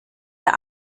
der